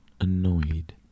annoyed